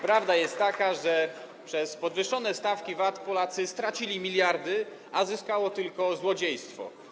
Prawda jest taka, że przez podwyższone stawki VAT Polacy stracili miliardy, a zyskało tylko złodziejstwo.